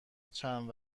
چند